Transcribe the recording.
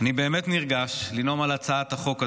אני באמת נרגש לנאום על הצעת החוק הזאת.